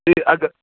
بیٚیہِ اَگر